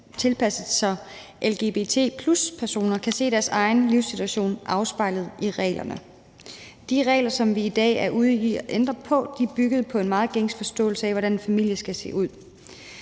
tilpasses, så lgbt+-personer kan se deres egen livssituation afspejlet i reglerne. De regler, som vi i dag er ude i at ændre på, er bygget på en meget gængs forståelse af, hvordan en familie skal se ud.